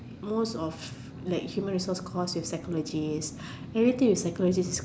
most of like human resource course is psychologist anything with psychologist